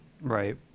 Right